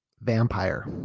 vampire